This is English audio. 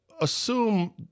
assume